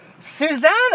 Susanna